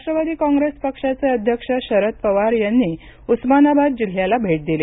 Rashtrawadi Congress पक्षाचे अध्यक्ष शरद पवार यांनी उस्मानाबाद जिल्ह्याला भेट दिली